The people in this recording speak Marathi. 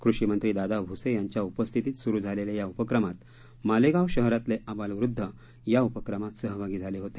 कृषी मंत्री दादा भुसे यांच्या उपस्थितीत सुरु झालेल्या या उपक्रमात मालेगाव शहरातले आबालवृद्ध या उपक्रमात सहभागी झाले होते